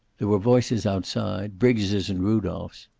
there were voices outside, briggs's and rudolph's.